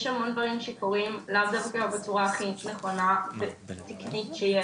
יש המון דברים שקורים לאו דווקא בצורה הכי נכונה ותקנית שיש,